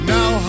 Now